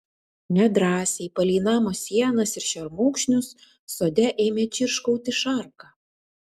nedrąsiai palei namo sienas ir šermukšnius sode ėmė čirškauti šarka